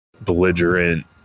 belligerent